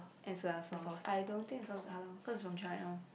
and soya sauce I don't think it's Halal cause it's from China